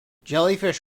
jellyfish